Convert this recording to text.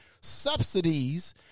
subsidies